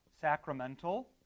Sacramental